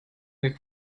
как